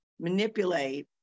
manipulate